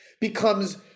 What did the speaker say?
becomes